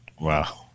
Wow